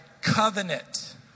covenant